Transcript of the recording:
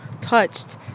touched